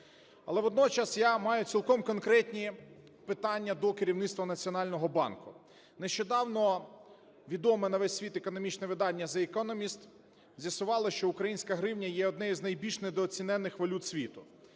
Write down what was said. Але водночас я маю цілком конкретні питання до керівництва Національного банку. Нещодавно відоме на весь світ економічне видання The Economist з'ясувало, що українська гривня є однією з найбільш недооцінених валют світу.